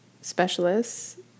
specialists